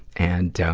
and,